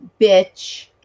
bitch